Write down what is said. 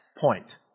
point